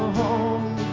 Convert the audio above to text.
home